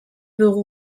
dugu